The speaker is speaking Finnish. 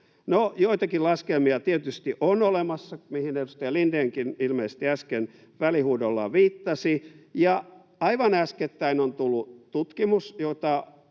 joitakin laskelmia tietysti on olemassa, mihin edustaja Lindénkin ilmeisesti äsken välihuudollaan viittasi. Ja aivan äskettäin on tullut tutkimus,